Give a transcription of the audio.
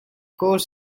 course